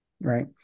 right